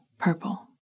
Purple